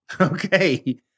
Okay